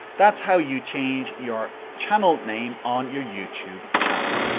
that's how you change your channel name on your youtube channel.